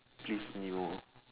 please new hor